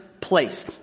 place